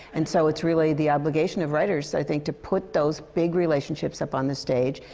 and so it's really the obligation of writers, i think, to put those big relationships up on the stage.